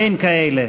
אין כאלה.